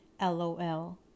LOL